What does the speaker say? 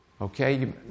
Okay